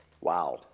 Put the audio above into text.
Wow